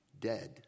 dead